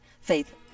faith